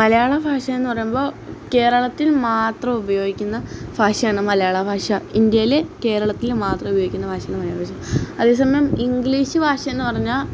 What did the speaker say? മലയാളം ഫാഷയെന്നു പറയുമ്പോൾ കേരളത്തിൽ മാത്രം ഉപയോഗിക്കുന്ന ഫാഷയാണ് മലയാളം ഫാഷ ഇന്ത്യയിൽ കേരളത്തിൽ മാത്രം ഉപയോഗിക്കുന്ന ഫാഷയാണ് മലയാള ഫാഷ അതേസമയം ഇംഗ്ലീഷ് ഫാഷയെന്നു പറഞ്ഞാൽ